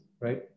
right